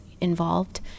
involved